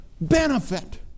benefit